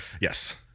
Yes